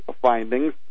findings